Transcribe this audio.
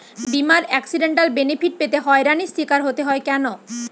বিমার accidental benefit পেতে হয়রানির স্বীকার হতে হয় কেন?